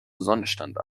sonnenstand